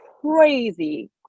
crazy